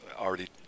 already